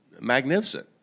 magnificent